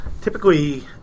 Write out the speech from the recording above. typically